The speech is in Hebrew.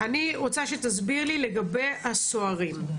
אני רוצה שתסביר לי לגבי הסוהרים,